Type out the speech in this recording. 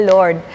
Lord